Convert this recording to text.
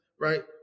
right